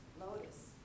Lotus